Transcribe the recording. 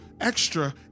extra